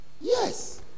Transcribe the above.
Yes